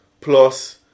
plus